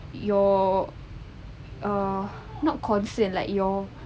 you're err not concerned like your